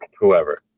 whoever